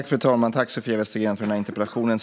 Fru talman! Jag tackar Sofia Westergren för interpellationen.